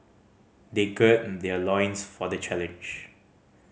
they gird their loins for the challenge